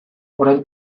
orain